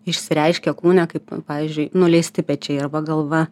išsireiškia kūne kaip pavyzdžiui nuleisti pečiai arba galva